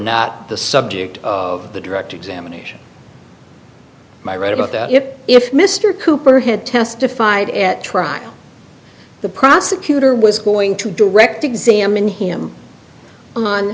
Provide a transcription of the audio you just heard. not the subject of the direct examination my right about that if if mr cooper had testified at trial the prosecutor was going to direct examine him on